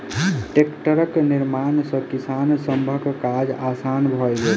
टेक्टरक निर्माण सॅ किसान सभक काज आसान भ गेलै